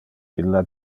illa